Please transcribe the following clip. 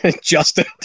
Justin